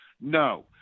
No